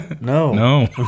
No